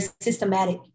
systematic